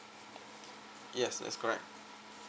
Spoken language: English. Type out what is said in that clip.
yes that's correct